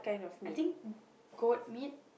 I think goat meat